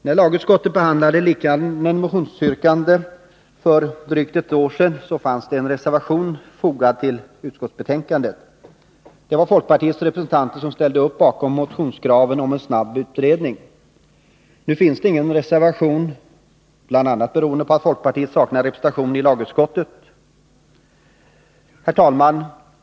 När lagutskottet behandlade ett liknande motionsyrkande för drygt ett år sedan fanns en reservation fogad till utskottsbetänkandet. Det var folkpartiets representanter som ställde upp bakom motionskraven på en snabb utredning. Nu finns ingen reservation, bl.a. beroende på att folkpartiet saknar representation i lagutskottet. Herr talman!